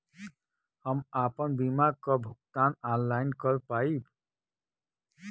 हम आपन बीमा क भुगतान ऑनलाइन कर पाईब?